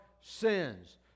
sins